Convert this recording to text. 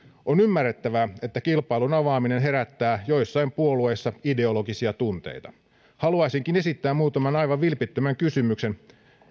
on ymmärrettävää että kilpailun avaaminen herättää joissain puolueissa ideologisia tunteita haluaisinkin esittää muutaman aivan vilpittömän kysymyksen